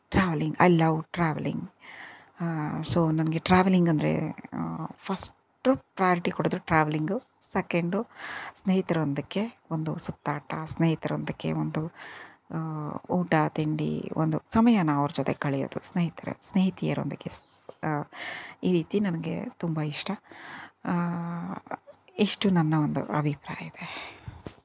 travelling I love travelling so ನನಗೆ travelling ಅಂದರೆ first priority ಕೊಡೋದು ಟ್ರಾವ್ಲಿಂಗ್ ಸೆಕೆಂಡು ಸ್ನೇಹಿತರೊಂದಿಗೆ ಒಂದು ಸುತ್ತಾಟ ಸ್ನೇಹಿತರೊಂದಿಗೆ ಒಂದು ಊಟ ತಿಂಡಿ ಒಂದು ಸಮಯನ ಅವರ ಜೊತೆ ಕಳೆಯೋದು ಸ್ನೇಹಿತರ ಸ್ನೇಹಿತೆಯರೊಂದಿಗೆ ಈ ರೀತಿ ನನಗೆ ತುಂಬ ಇಷ್ಟ ಇಷ್ಟು ನನ್ನ ಒಂದು ಅಭಿಪ್ರಾಯ ಇದೆ